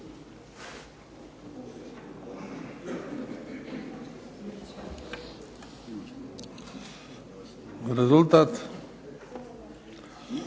Rezultat.